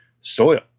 soil